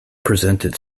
presented